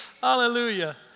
Hallelujah